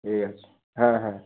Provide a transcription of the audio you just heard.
ঠিক আছে হ্যাঁ হ্যাঁ